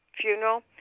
funeral